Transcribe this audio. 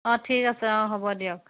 অঁ ঠিক আছে অঁ হ'ব দিয়ক